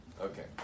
Okay